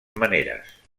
maneres